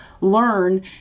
learn